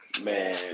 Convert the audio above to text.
Man